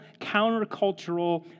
countercultural